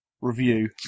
review